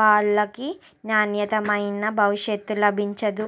వాళ్ళకి నాణ్యతమైన భవిష్యత్తు లభించదు